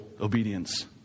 obedience